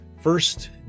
first